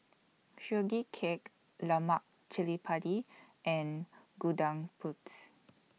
Sugee Cake Lemak Cili Padi and Gudeg Putih